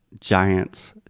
giants